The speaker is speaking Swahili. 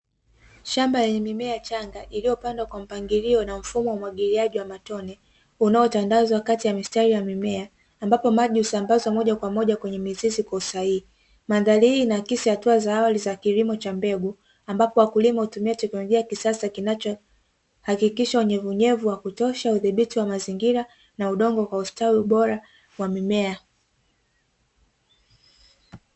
Shamba yenye mimea changa iliyopandwa kwa mpangilio na mfumo umwagiliaji wa matone unaotandazwa kati ya mistari ya mimea ambapo maji usambaza moja kwa moja kwenye mizizi kwa usahihi, mandhari hii ina kesi hatua za awali za kilimo cha mbegu, ambapo wakulima hutumia teknolojia ya kisasa kinacho hakikisha wenye unyevu wa kutosha udhibiti wa mazingira na udongo kwa ustawi bora wa mimea.